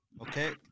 Okay